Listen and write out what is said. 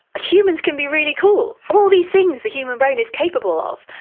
humans can be really cool. all these things the human brain is capable of,